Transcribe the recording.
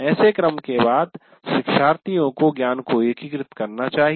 ऐसे क्रम के बाद शिक्षार्थियों को ज्ञान को एकीकृत करना चाहिए